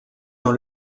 dans